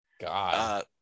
God